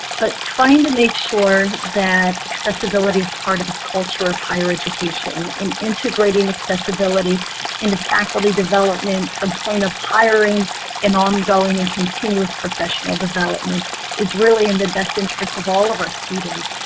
but trying to make sure that accessibility is part of the culture of higher education. in integrating accessibility in the faculty development from point of hiring and ongoing in continuous professional development is really in the best interest of all of our students.